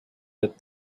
that